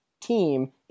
team